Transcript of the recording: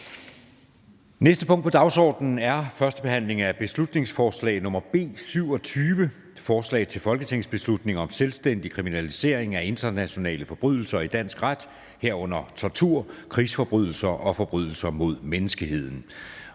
næste punkt på dagsordenen er: 21) 1. behandling af beslutningsforslag nr. B 27: Forslag til folketingsbeslutning om selvstændig kriminalisering af internationale forbrydelser i dansk ret, herunder tortur, krigsforbrydelser og forbrydelser mod menneskeheden.